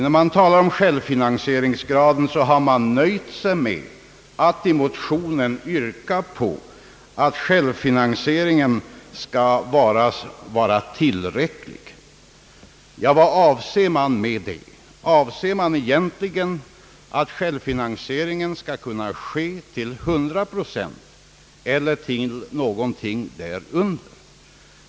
När man talar om självfinansieringsgraden har man nöjt sig med att i motionen yrka på att självfinansie--: ringen skall vara »tillräcklig». Vad avser man med det? Avser man egentligen att självfinansiering skall kunna ske till hundra procent eller till någonting därunder?